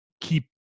keep –